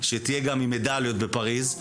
שתהיה גם עם מדליות בפריז.